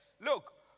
look